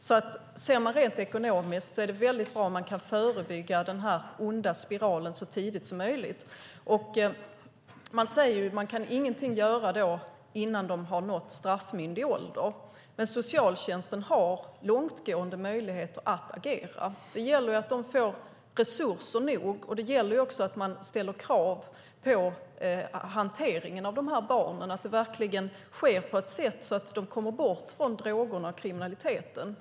Om man ser rent ekonomiskt på det hela är det bra om man kan förebygga denna onda spiral så tidigt som möjligt. Man säger att det inte går att göra någonting innan ungdomarna har uppnått straffrättslig ålder. Men socialtjänsten har långtgående möjligheter att agera. Det gäller att de får resurser nog, och det gäller att man ställer krav på hanteringen av barnen. Den ska ske på ett sätt så att de kommer bort från drogerna och kriminaliteten.